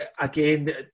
Again